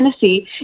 Tennessee